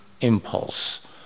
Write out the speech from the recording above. impulse